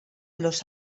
los